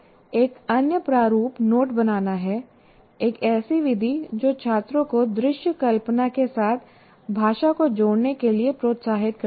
एक अन्य प्रारूप नोट बनाना है एक ऐसी विधि जो छात्रों को दृश्य कल्पना के साथ भाषा को जोड़ने के लिए प्रोत्साहित करती है